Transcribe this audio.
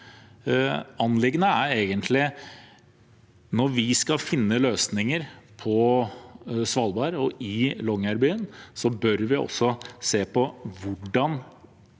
anliggende er egentlig: Når vi skal finne løsninger på Svalbard og i Longyearbyen, bør vi se på hvordan